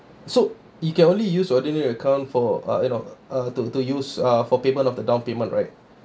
so you can only use ordinary account for uh you know uh to to use uh for payment of the down payment right